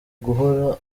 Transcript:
guhora